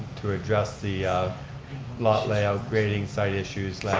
to adjust the lot layout grading site issues, like